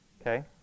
Okay